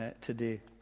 today